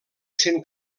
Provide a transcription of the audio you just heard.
sent